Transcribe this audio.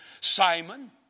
Simon